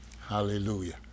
Hallelujah